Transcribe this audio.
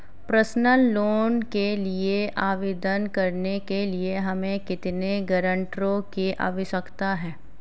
Personal loan के लिए आवेदन करने के लिए हमें कितने गारंटरों की आवश्यकता है?